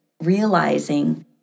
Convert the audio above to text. realizing